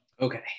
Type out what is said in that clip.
Okay